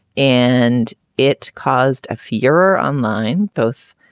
and it caused a furor online both.